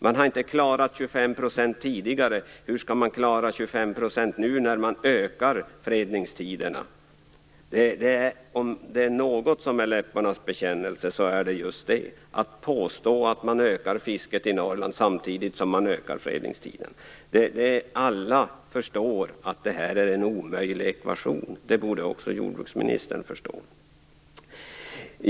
Man har inte klarat 25 % tidigare, hur skall man klara 25 % nu när man ökar fredningstiderna? Om det är något som är en läpparnas bekännelse så är det just det, att påstå att man ökar fisket i Norrland samtidigt som man ökar fredningstiden. Alla förstår att det här är en omöjlig ekvation. Det borde också jordbruksministern förstå.